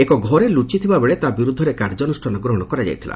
ଏକ ଘରେ ଲୁଚିଥିବାବେଳେ ତା ବିରୁଦ୍ଧରେ କାର୍ଯ୍ୟାନୁଷ୍ଠାନ ଗ୍ରହଣ କରାଯାଇଥିଲା